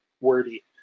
wordy